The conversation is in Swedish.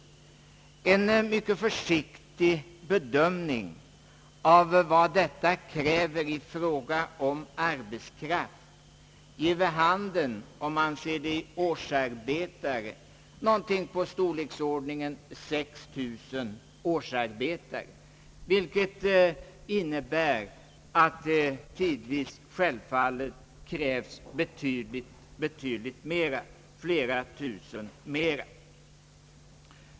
En mycket försiktig bedömning av vad detta kräver i fråga om arbetskraft ger vid handen — om man ser det i årsarbetare — ungefär storleksordningen 6 000 årsarbetare, vilket innebär att det tidvis självfallet krävs betydligt fler.